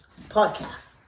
podcasts